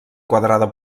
quadrada